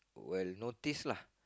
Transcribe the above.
will notice lah